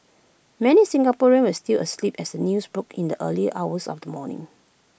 many Singaporeans were still asleep as the news broke in the early hours of the morning